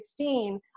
2016